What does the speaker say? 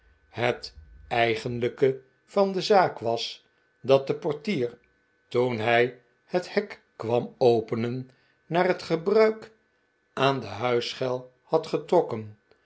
het eigenlijke van de zaak was dat de portier toen hij het hek kwam openen naar het gebruik aan de huisschel had getrokken